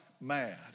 mad